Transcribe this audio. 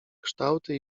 kształty